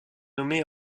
nommée